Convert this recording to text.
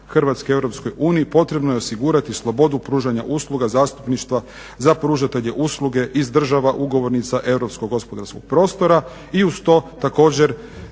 RH EU potrebno je osigurati slobodu pružanja usluga zastupništva za pružatelje usluga iz država ugovornica europskog gospodarskog